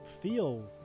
feel